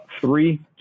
Three